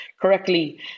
correctly